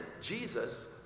Jesus